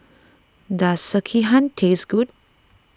does Sekihan taste good